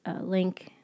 link